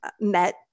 met